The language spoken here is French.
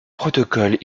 protocole